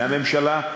מהממשלה,